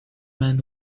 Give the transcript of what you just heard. man